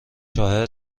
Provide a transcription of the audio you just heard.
ساحل